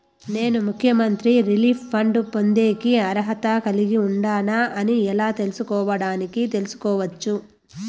నేను ముఖ్యమంత్రి relief fund పొందేకి అర్హత కలిగి ఉండానా అని ఎలా తెలుసుకోవడానికి తెలుసుకోవచ్చు